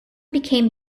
became